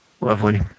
Lovely